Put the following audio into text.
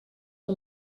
que